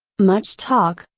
much talk,